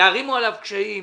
יערימו עליו קשיים.